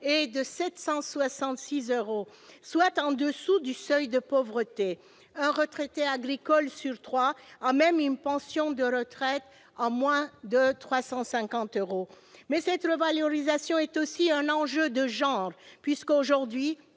est de 766 euros en moyenne, soit en dessous du seuil de pauvreté. Un retraité agricole sur trois a même une pension de retraite inférieure à 350 euros. Mais cette revalorisation est aussi un enjeu de genre puisque, aujourd'hui,